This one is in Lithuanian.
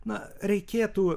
na reikėtų